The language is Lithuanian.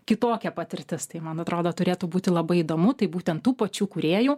kitokia patirtis tai man atrodo turėtų būti labai įdomu tai būtent tų pačių kūrėjų